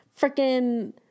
freaking